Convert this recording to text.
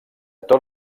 tot